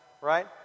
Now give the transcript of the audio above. right